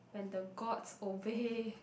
when the Gods obey